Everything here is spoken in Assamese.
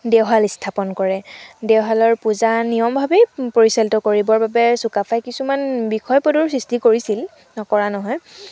দেওশাল স্থাপন কৰে দেওশালৰ পূজা নিয়মভাৱেই পৰিচালিত কৰিবৰ বাবে চুকাফাই কিছুমান বিষয় পদৰো সৃষ্টি কৰিছিল নকৰা নহয়